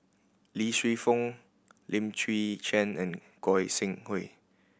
Lee Shu Fen Lim Chwee Chian and Goi Seng Hui